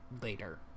later